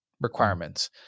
requirements